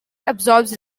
absorbs